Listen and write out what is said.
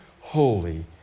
holy